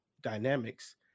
dynamics